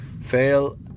Fail